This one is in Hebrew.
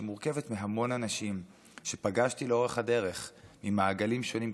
שמורכבת מהמון אנשים שפגשתי לאורך הדרך ממעגלים שונים,